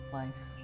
life